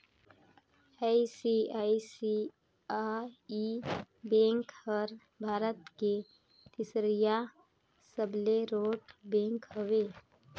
ICICI bank हर भारत के तीसरईया सबले रोट बेंक हवे